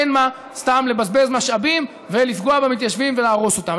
אין מה סתם לבזבז משאבים ולפגוע במתיישבים ולהרוס אותם.